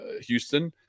Houston